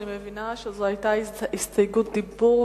אני מבינה שזו היתה הסתייגות דיבור,